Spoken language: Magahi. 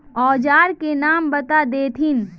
औजार के नाम बता देथिन?